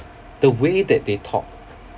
the way that they talked